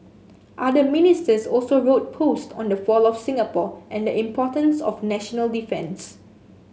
other Ministers also wrote posts on the fall of Singapore and the importance of national defence